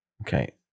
Okay